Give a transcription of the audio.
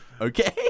okay